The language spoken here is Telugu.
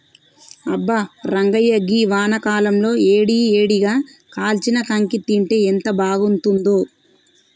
అబ్బా రంగాయ్య గీ వానాకాలంలో ఏడి ఏడిగా కాల్చిన కాంకి తింటే ఎంత బాగుంతుందో